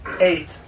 Eight